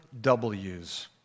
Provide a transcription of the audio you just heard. W's